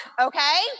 okay